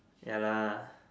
ya lah